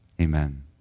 Amen